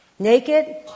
Naked